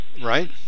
Right